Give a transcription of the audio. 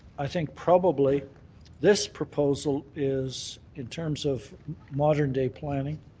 i think probably this proposal is, in terms of modern day planning,